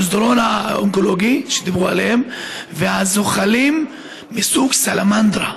המסדרון האקולוגי שדיברו עליו והזוחלים מסוג סלמנדרה.